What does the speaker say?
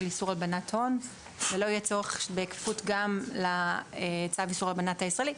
איסור הלבנת הון ולא יהיה צורך גם בצו איסור להלבנת הון הישראלי.